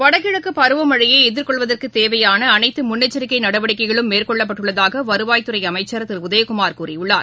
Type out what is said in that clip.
வடகிழக்கு பருவமழையை எதிர்கொள்வதற்கு தேவையான அனைத்து முன்னெச்சரிக்கை நடவடிக்கைகளும் மேற்கொள்ளபட்டுள்ளதாக வருவாய்த்துறை அமைச்சர் திரு உதயகுமார் கூறியுள்ளார்